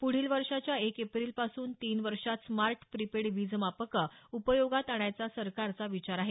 पुढील वर्षाच्या एक एप्रिलपासून तीन वर्षात स्मार्ट प्रीपेड वीजमापकं उपयोगात आणायचा सरकारचा विचार आहे